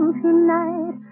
tonight